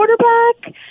quarterback